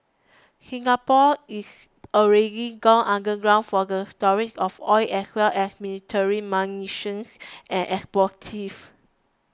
Singapore is already gone underground for the storage of oil as well as military munitions and explosives